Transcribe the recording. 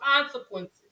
consequences